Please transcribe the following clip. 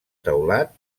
teulat